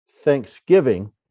Thanksgiving